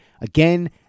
Again